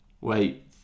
Wait